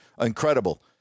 incredible